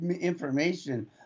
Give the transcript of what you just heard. information